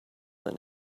than